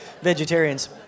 vegetarians